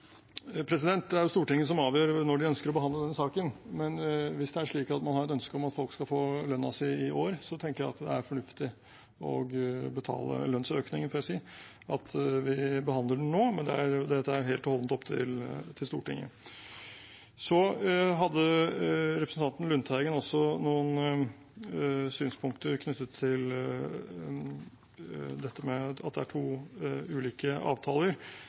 Det er Stortinget som avgjør når de ønsker å behandle denne saken, men hvis det er slik at man har et ønske om at folk skal få lønnen sin i år, tenker jeg at det er fornuftig å betale lønnsøkningen, får jeg si, altså at vi behandler det nå, men dette er helt og holdent opp til Stortinget. Så hadde representanten Lundteigen også noen synspunkter knyttet til dette med at det er to ulike avtaler.